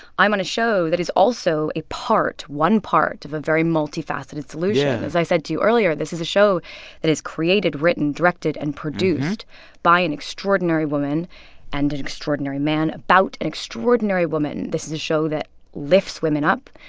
i'm on a show that is also a part, one part of a very multifaceted solution. as i said to you earlier, this is a show that is created, written, directed and produced by an extraordinary woman and an extraordinary man about an extraordinary woman. this is a show that lifts women up,